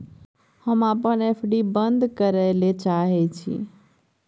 हम अपन एफ.डी बंद करय ले चाहय छियै